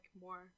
more